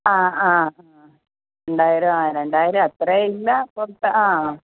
ആ ആ രണ്ടായിരം ആ രണ്ടായിരം അത്രയില്ല കൊടുത്ത ആ